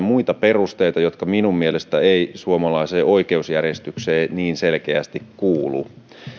muita perusteita jotka minun mielestäni eivät suomalaiseen oikeusjärjestykseen niin selkeästi kuulu